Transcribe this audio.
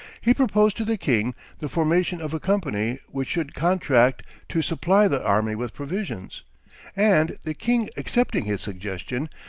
he proposed to the king the formation of a company which should contract to supply the army with provisions and, the king accepting his suggestion,